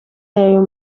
ayo